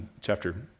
chapter